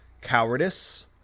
cowardice